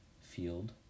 field